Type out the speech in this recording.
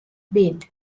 bid